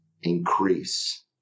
increase